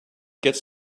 gets